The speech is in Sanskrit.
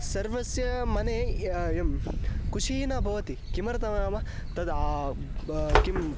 सर्वस्य मनः एवं कुशी न भवति किमर्थं नाम तत् किं